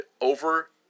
over